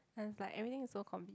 and it's like everything is so conve~